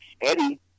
Eddie